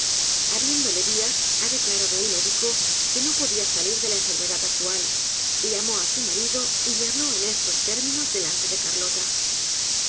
habiéndole dias ha declarado el médico que n o podia salir de la enfermedad actual llamó á su marido y le habló en estos términos delante de carlota